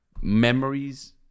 Memories